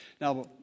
Now